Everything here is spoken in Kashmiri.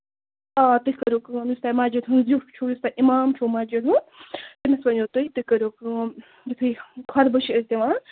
آ تُہۍ کٔرِو کٲم یُس تۄہہِ مَسجِد ہُنٛد یُس تۄہہِ زِیُٹھ چھُو اِمام چھُو مَسجِد ہُنٛد تٔمِس ؤنِو تُہۍ تُہۍ کٔرِو کٲم یِتھُے خطبہٕ چھِ أسۍ دِوان